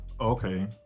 okay